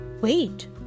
wait